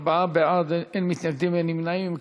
ארבעה בעד, אין מתנגדים, אין נמנעים.